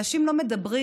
אנשים לא מדברים,